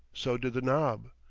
so did the knob.